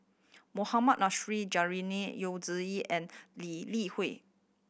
Mohammad Juraini Yu and Lee Li Hui